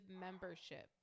membership